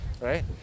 right